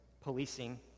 policing